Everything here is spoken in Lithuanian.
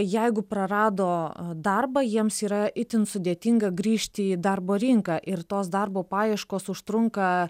jeigu prarado darbą jiems yra itin sudėtinga grįžti į darbo rinką ir tos darbo paieškos užtrunka